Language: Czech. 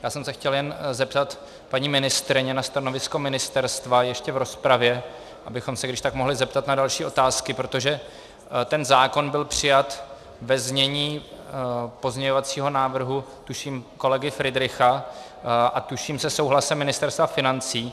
Já jsem se chtěl jen zeptat paní ministryně na stanovisko ministerstva ještě v rozpravě, abychom se když tak mohli zeptat na další otázky, protože ten zákon byl přijat ve znění pozměňovacího návrhu tuším kolegy Fridricha a tuším se souhlasem Ministerstva financí.